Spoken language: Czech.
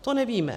To nevíme.